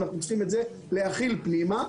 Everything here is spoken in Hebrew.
אנחנו צריכים להכיל את זה פנימה.